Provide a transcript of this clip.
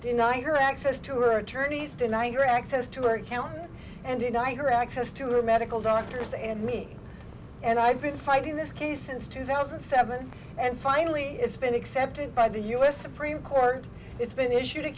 deny her access to her attorneys deny her access to her county and deny her access to her medical doctors and me and i've been fighting this case since two thousand and seven and finally it's been accepted by the u s supreme court it's been issued a